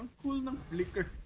coolant will